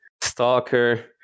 stalker